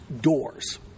doors